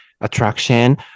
attraction